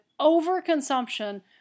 overconsumption